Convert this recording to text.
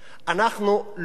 אנחנו לא נשרת.